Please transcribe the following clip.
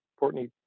Courtney